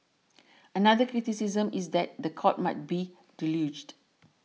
another criticism is that the courts might be deluged